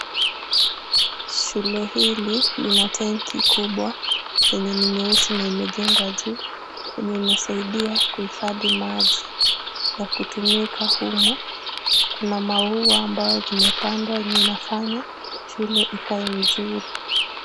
Shule hili lina tanki kubwa yenye ni nyeusi na imejengwa juu, yenye inasaidia kuhifadhi maji ya kutumika humu. Kuna maua ambao zimepandwa yenye inafanya shule ikae vizuri.